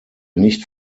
nicht